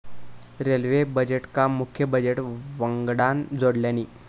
railway बजेटका मुख्य budget वंगडान जोडल्यानी